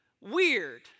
weird